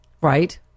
Right